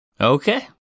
Okay